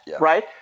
right